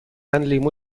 لیمو